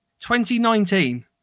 2019